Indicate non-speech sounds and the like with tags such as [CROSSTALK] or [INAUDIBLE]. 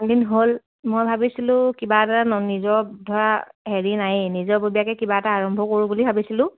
এদিন হ'ল মই ভাবিছিলোঁ কিবা এটা [UNINTELLIGIBLE] নিজৰ ধৰা হেৰি নায়ই নিজৰ ববীয়াকে কিবা এটা আৰম্ভ কৰোঁ বুলি ভাবিছিলোঁ